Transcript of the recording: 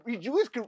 Jewish